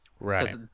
right